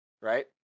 right